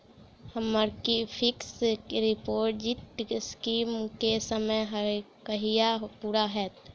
हम्मर fix deposit scheme केँ समय कहिया पूरा हैत?